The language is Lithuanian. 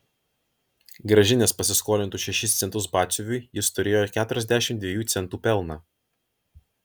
grąžinęs pasiskolintus šešis centus batsiuviui jis turėjo keturiasdešimt dviejų centų pelną